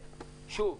שוב,